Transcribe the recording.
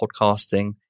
podcasting